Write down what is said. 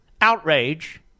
outrage